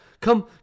Come